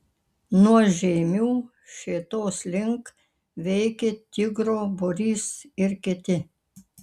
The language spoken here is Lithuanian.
nuo žeimių šėtos link veikė tigro būrys ir kiti